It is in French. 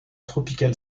tropical